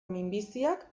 minbiziak